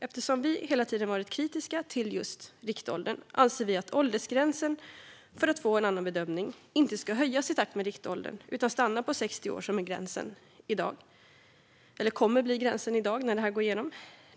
Eftersom vi hela tiden har varit kritiska till just riktåldern anser vi dock att åldersgränsen för att få en annan bedömning inte ska höjas i takt med riktåldern utan stanna på 60 år, som kommer att bli gränsen när detta går igenom.